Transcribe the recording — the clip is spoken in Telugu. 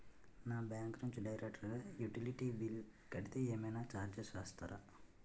నా బ్యాంక్ నుంచి డైరెక్ట్ గా యుటిలిటీ బిల్ కడితే ఏమైనా చార్జెస్ వేస్తారా?